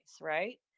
Right